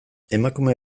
emakume